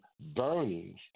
burnings